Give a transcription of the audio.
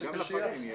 סדצקי.